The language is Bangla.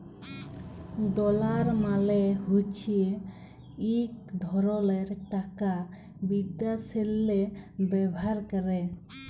ডলার মালে হছে ইক ধরলের টাকা বিদ্যাশেল্লে ব্যাভার ক্যরে